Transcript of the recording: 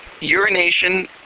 urination